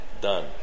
done